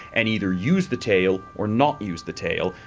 and either use the tail or not use the tail,